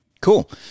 Cool